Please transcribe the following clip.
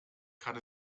kann